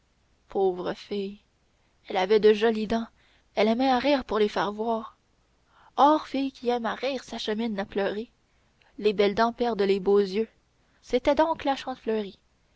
pauvre fille elle avait de jolies dents elle aimait à rire pour les faire voir or fille qui aime à rire s'achemine à pleurer les belles dents perdent les beaux yeux c'était donc la